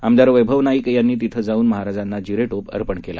आमदार वैभव नाईक यांनी तिथं जाऊन महाराजांना जिरेटोप अर्पण केला